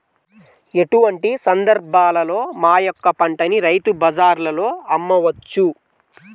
ఎటువంటి సందర్బాలలో మా యొక్క పంటని రైతు బజార్లలో అమ్మవచ్చు?